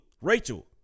Rachel